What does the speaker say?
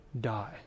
die